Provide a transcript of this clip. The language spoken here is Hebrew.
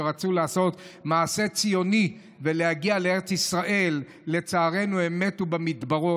שרצו לעשות מעשה ציוני ולהגיע לארץ ישראל ולצערנו הם מתו במדבריות.